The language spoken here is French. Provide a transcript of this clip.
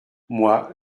moi